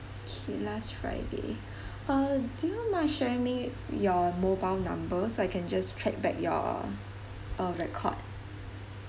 okay last friday uh do you mind sharing me your mobile number so I can just track back your uh record